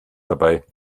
dabei